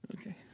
Okay